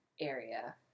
area